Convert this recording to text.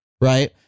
Right